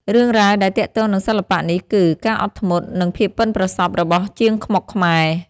រឿងរ៉ាវដែលទាក់ទងនឹងសិល្បៈនេះគឺ ការអត់ធ្មត់ និងភាពប៉ិនប្រសប់ របស់ជាងខ្មុកខ្មែរ។